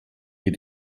wir